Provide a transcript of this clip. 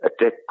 Attack